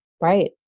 right